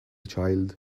child